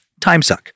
timesuck